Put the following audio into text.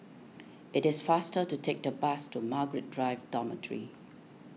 it is faster to take the bus to Margaret Drive Dormitory